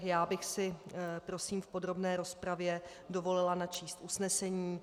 Já bych si prosím v podrobné rozpravě dovolila načíst usnesení: